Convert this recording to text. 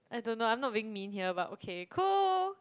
I don't know I'm not being mean here but okay cool